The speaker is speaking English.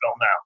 now